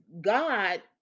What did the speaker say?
God